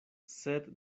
sed